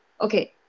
okay